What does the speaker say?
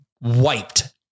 wiped